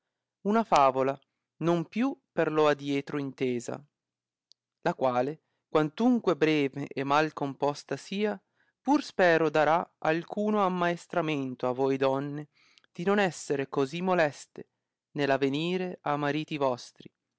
una favola non più per lo adietro intesa la quale quantunque breve e mal composta sia pur spero dark alcuno ammaestramento a voi donne di non essere cosi moleste nell avenire a mariti vostri